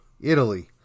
Italy